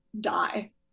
die